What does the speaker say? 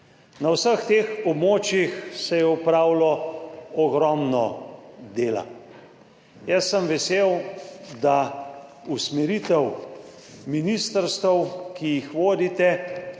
Na vseh teh območjih se je opravilo ogromno dela. Jaz sem vesel, da usmeritev ministrstev, ki jih vodite,